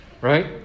Right